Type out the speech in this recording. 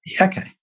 Okay